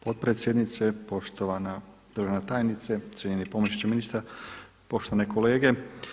Potpredsjednice, poštovana državna tajnice, cijenjeni pomoćniče ministra, poštovane kolege.